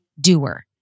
doer